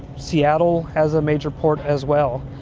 seattle has a major port as well.